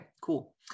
cool